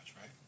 right